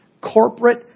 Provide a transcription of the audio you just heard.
Corporate